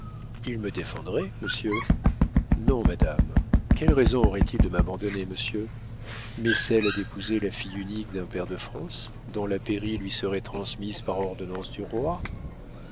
il me défendrait monsieur non madame quelle raison aurait-il de m'abandonner monsieur mais celle d'épouser la fille unique d'un pair de france dont la pairie lui serait transmise par ordonnance du roi